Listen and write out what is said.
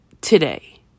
today